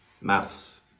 maths